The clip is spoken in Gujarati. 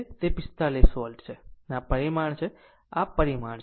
આમ તે 45 વોલ્ટ છે આ પરિમાણ છે આ પરિમાણ છે